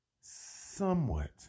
Somewhat